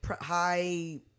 high